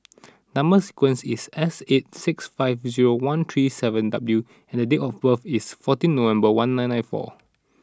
number sequence is S eight six five zero one three seven W and date of birth is fourteen November one nine nine four